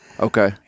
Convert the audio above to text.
Okay